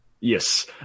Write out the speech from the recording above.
yes